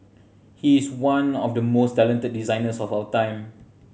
he is one of the most talented designers of our time